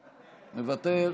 מוותר.